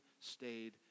stayed